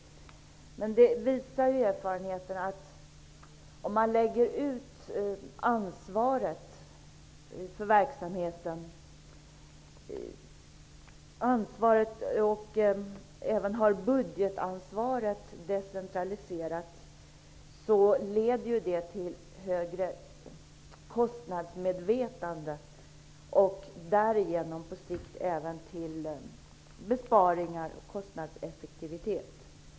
Erfarenheten visar dock att om man lägger ut ansvaret för verksamhet, och även decentraliserar budgetansvaret, leder det till högre kostnadsmedvetande och därigenom på sikt även till besparingar och kostnadseffektivitet.